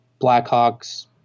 Blackhawks